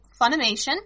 Funimation